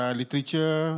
literature